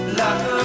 love